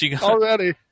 Already